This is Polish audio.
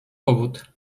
powód